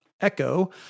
Echo